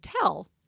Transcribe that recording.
tell